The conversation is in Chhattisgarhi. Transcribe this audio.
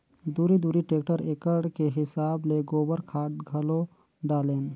दूरी दूरी टेक्टर एकड़ के हिसाब ले गोबर खाद घलो डालेन